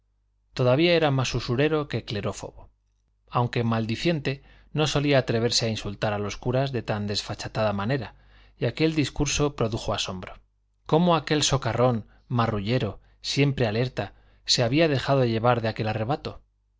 todavía era más usurero que clerófobo aunque maldiciente no solía atreverse a insultar a los curas de tan desfachatada manera y aquel discurso produjo asombro cómo aquel socarrón marrullero siempre alerta se había dejado llevar de aquel arrebato